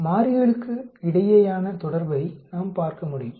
மாறிகளுக்கு இடையேயான தொடர்பை நாம் பார்க்கமுடியும்